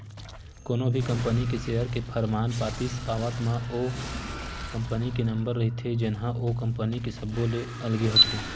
कोनो भी कंपनी के सेयर के परमान पातीच पावत म ओ कंपनी के नंबर रहिथे जेनहा ओ कंपनी के सब्बो ले अलगे होथे